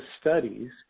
studies